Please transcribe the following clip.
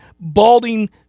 balding